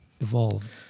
evolved